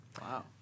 Wow